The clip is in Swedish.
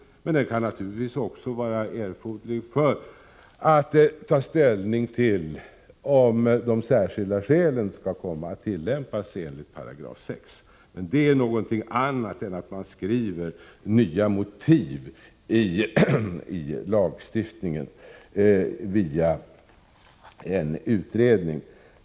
Planeringen kan naturligtvis också vara erforderlig när det gäller att ta ställning till om de särskilda skälen kan bli aktuella enligt 6 §. Men det är någonting annat än att skriva nya motiv i lagstiftningen via en utredning.